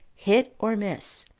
hit or miss,